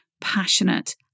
passionate